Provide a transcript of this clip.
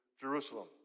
Jerusalem